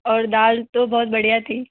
और दाल तो बहुत बढ़िया थी